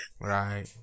right